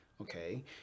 okay